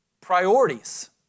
priorities